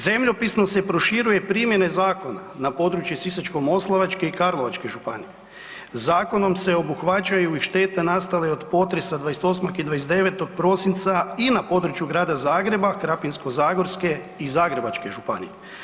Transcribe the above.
Zemljopisno se proširuje primjene zakona na područje Sisačko-moslavačke i Karlovačke županije, Zakonom se obuhvaćaju i šteta nastale od potresa 28. i 29. prosinca i na području Grada Zagreba, Krapinsko-zagorske i Zagrebačke županije.